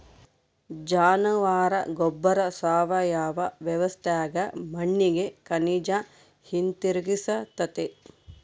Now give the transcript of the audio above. ಜಾನುವಾರ ಗೊಬ್ಬರ ಸಾವಯವ ವ್ಯವಸ್ಥ್ಯಾಗ ಮಣ್ಣಿಗೆ ಖನಿಜ ಹಿಂತಿರುಗಿಸ್ತತೆ